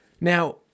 Now